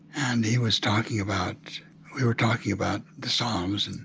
and he was talking about we were talking about the psalms, and